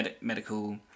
medical